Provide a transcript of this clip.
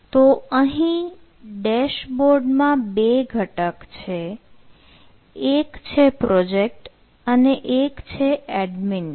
તો અહીં ડેશબોર્ડમાં બે ઘટક છે એક છે પ્રોજેક્ટ અને એક છે એડમીન